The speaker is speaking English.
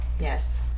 Yes